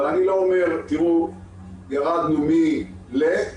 אני לא אומר שירדנו ממספר מסוים למספר אחר,